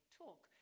talk